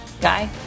Guy